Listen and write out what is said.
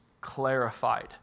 clarified